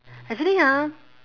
actually ha